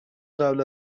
قبل